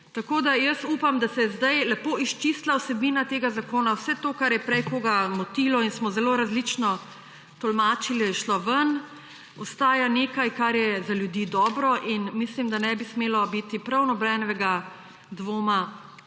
rekla Levica. Upam, da se je sedaj lepo izčistila vsebina tega zakona. Vse to, kar je prej koga motilo in smo zelo različno tolmačili, je šlo ven, ostaja nekaj, kar je za ljudi dobro, in mislim, da ne bi smelo biti prav nobenega dvoma, da